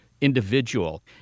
individual